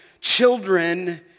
children